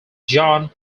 john